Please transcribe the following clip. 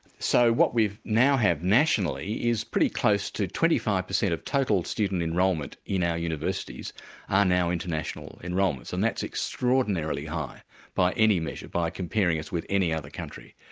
so what we now have nationally is pretty close to twenty five percent of total student enrolment in our universities are now international enrolments, and that's extraordinarily high by any measure, by comparing us with any other country.